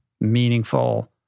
meaningful